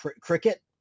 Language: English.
cricket